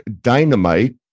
Dynamite